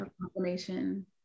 confirmation